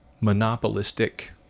monopolistic